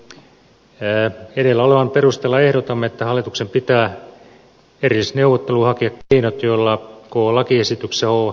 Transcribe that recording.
edellä olevan perusteella ehdotamme että hallituksen pitää erillisneuvotteluin hakea keinot joilla kyseessä oleva